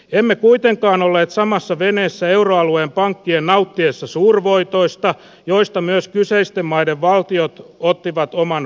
emme kuitenkaan olleet samassa veneessä euroalueen pankkien nauttiessa suurvoitoista joista myös kyseisten maiden valtiot ottivat oman verosiivunsa